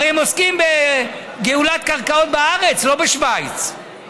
הרי הם עוסקים בגאולת קרקעות בארץ, לא בשווייץ.